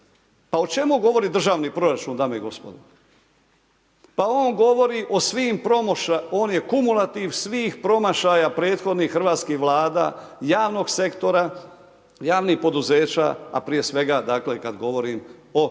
Pa o čemu govori državni proračun, dame i gospodo? Pa on govori o svim promašajima, on je kumulativ svih promašaja prethodnih hrvatskih Vlada, javnog sektora, javnih poduzeća a prije svega kad govorim o Vladama